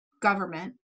government